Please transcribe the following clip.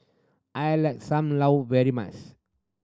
I like Sam Lau very much